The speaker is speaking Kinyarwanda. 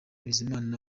bizimana